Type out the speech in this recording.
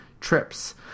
trips